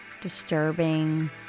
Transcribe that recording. disturbing